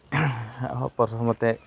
প্ৰথমতে